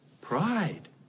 Pride